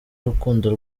urukundo